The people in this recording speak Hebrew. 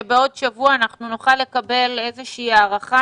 שבעוד שבוע אנחנו נוכל לקבל איזושהי הערכה